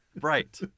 Right